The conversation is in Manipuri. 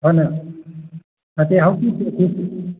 ꯅꯠꯇꯦ ꯍꯧꯖꯤꯛꯇꯤ